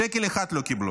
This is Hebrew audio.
שקל אחד לא קיבלו.